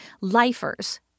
Lifers